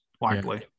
likely